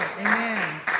Amen